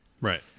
Right